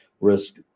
risk